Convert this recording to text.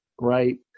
right